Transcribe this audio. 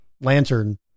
lantern